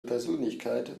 persönlichkeit